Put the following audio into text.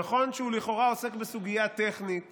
נכון שהוא לכאורה עוסק בסוגיה טכנית